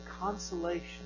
consolation